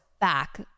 back